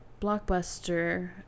Blockbuster